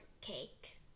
cake